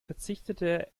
verzichtete